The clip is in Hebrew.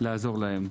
לעזור להם.